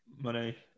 money